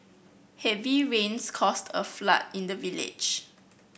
heavy rains caused a flood in the village